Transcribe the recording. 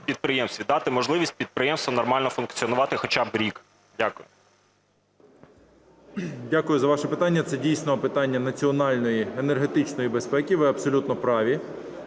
дати можливість підприємству нормально функціонувати хоча б рік. Дякую. 11:47:58 ШМИГАЛЬ Д.А. Дякую за ваше питання. Це дійсно питання національної енергетичної безпеки, ви абсолютно праві.